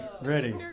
Ready